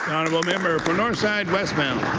honourable member for northside-westmount.